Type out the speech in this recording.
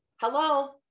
hello